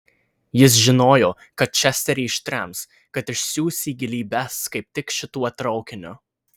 jis žinojo kad česterį ištrems kad išsiųs į gilybes kaip tik šituo traukiniu